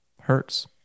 hurts